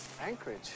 Anchorage